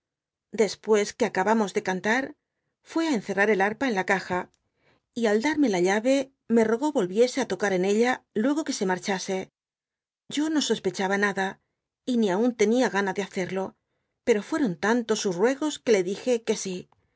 en su billete madanta meftevil j de qof e trata en la anlffio carta da gedlia volanges dby google ve me rogó volviese á tocar en ella luego que se marchase yo no sopechaba nada y ni aun tenía gana de hacerlo pero fueron tantos sus ruegos que le dije que si